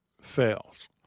fails